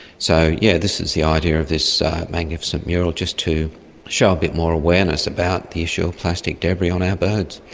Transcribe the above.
so yes, yeah this is the idea of this magnificent mural, just to show a bit more awareness about the issue of plastic debris on our birds.